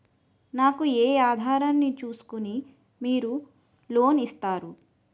నాకు ఏ ఆధారం ను చూస్కుని మీరు లోన్ ఇస్తారు?